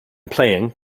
playing